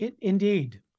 Indeed